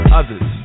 others